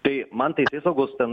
tai man teisėsaugos ten